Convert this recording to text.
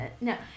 No